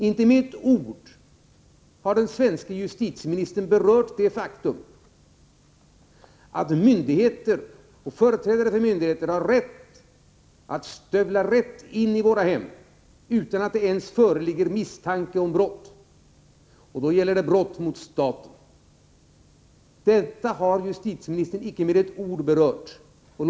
Inte med ett ord har den svenske justitieministern berört det faktum att myndigheter och företrädare för myndigheter har rätt att stövla rakt in i våra hem utan att det föreligger ens en misstanke om brott. Det handlar då om brott mot staten. Detta förhållande har justitieministern inte berört med ett enda ord.